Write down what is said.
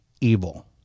Evil